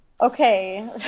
okay